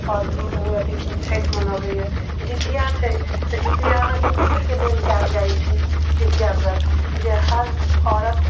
ओ अथी छठि मनेबैया जीतिया छै तऽ जीतिया अहाँ के पुत्र के लेल कयल जाइ छै जीतिया व्रत जे हर औरत